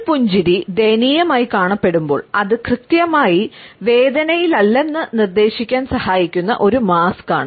ഒരു പുഞ്ചിരി ദയനീയമായി കാണപ്പെടുമ്പോൾ അത് കൃത്യമായി വേദനയിലല്ലെന്ന് നിർദ്ദേശിക്കാൻ സഹായിക്കുന്ന ഒരു മാസ്കാണ്